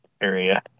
area